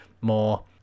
more